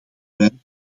weinig